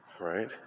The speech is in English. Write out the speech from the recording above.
right